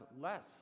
less